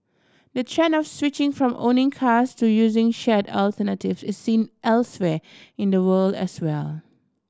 the trend of switching from owning cars to using shared alternatives is seen elsewhere in the world as well